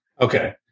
Okay